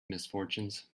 misfortunes